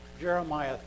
Jeremiah